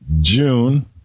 June